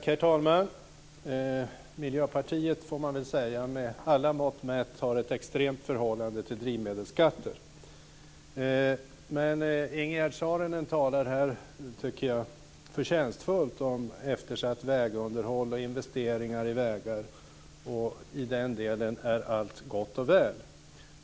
Herr talman! Miljöpartiet har, får man väl säga, med alla mått mätt ett extremt förhållande till drivmedelsskatter. Men Ingegerd Saarinen talar här förtjänstfullt om eftersatt vägunderhåll och investeringar i vägar. I den delen är allt gott och väl.